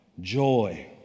joy